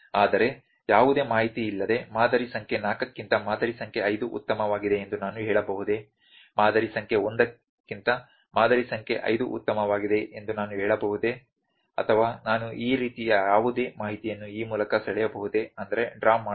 ಆದರೆ ಯಾವುದೇ ಮಾಹಿತಿಯಿಲ್ಲದೆ ಮಾದರಿ ಸಂಖ್ಯೆ 4 ಕ್ಕಿಂತ ಮಾದರಿ ಸಂಖ್ಯೆ 5 ಉತ್ತಮವಾಗಿದೆ ಎಂದು ನಾನು ಹೇಳಬಹುದೇ ಮಾದರಿ ಸಂಖ್ಯೆ 1 ಗಿಂತ ಮಾದರಿ ಸಂಖ್ಯೆ 5 ಉತ್ತಮವಾಗಿದೆ ಎಂದು ನಾನು ಹೇಳಬಹುದೇ ಅಥವಾ ನಾನು ಈ ರೀತಿಯ ಯಾವುದೇ ಮಾಹಿತಿಯನ್ನು ಈ ಮೂಲಕ ಸೆಳೆಯಬಹುದೇ ಇಲ್ಲ